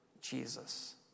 Jesus